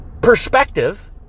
perspective